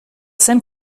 zen